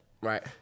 Right